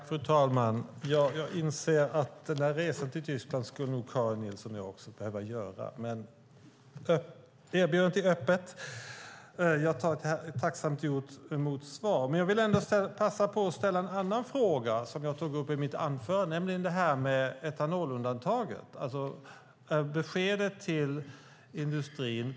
Fru talman! Jag inser att Karin Nilsson skulle behöva göra den där resan till Tyskland. Erbjudandet kvarstår, och jag tar tacksamt emot svar. I mitt anförande tog jag upp etanolundantaget.